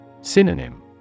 Synonym